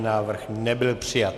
Návrh nebyl přijat.